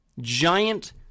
giant